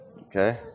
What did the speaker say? Okay